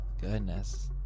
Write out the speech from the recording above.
Goodness